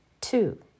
Two